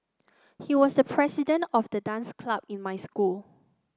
he was the president of the dance club in my school